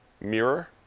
mirror